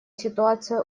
ситуация